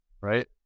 right